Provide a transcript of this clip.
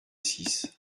six